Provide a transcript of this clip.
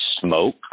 smoke